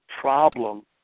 problem